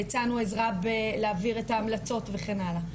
והצענו עזרה בלהעביר את ההמלצות וכן הלאה.